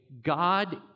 God